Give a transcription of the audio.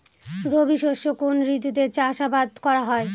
রবি শস্য কোন ঋতুতে চাষাবাদ করা হয়?